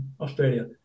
Australia